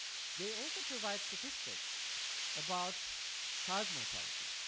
they also provide statistics about child mortality.